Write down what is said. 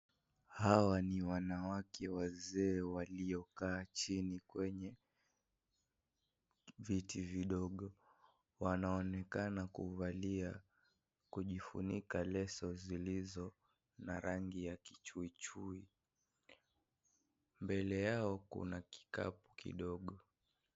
Hawa ni wanawake wazee waliokaa chini kwenye viti vidogo, wanaonekana kuvalia, kukifunika leso zilizo na rangi ya kichui chui, mbele yao kuna kikapu Kidogo.